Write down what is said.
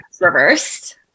reversed